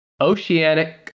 Oceanic